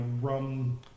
rum